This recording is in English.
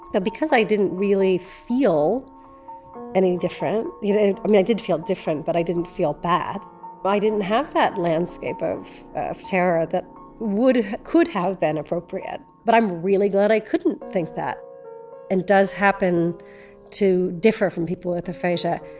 but because i didn't really feel any different you know i mean, i did feel different, but i didn't feel bad i didn't have that landscape of of terror that would could have been appropriate. but i'm really glad i couldn't think that it and does happen to differ from people with aphasia.